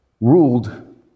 ruled